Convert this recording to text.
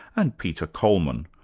and peter coleman,